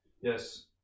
Yes